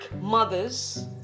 mothers